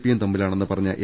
പിയും തമ്മിലാണെന്ന് പറഞ്ഞ എ